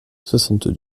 soixante